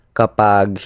kapag